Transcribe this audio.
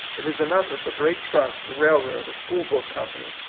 it is enough if a great trust, a railroad, a school-book company,